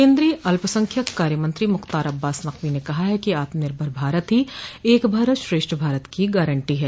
केन्द्रीय अल्पसंख्यक कार्य मंत्री मुख्तार अब्बास नकवी ने कहा कि आत्मनिर्भर भारत ही एक भारत श्रेष्ठ भारत की गारंटी है